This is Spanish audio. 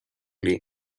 lee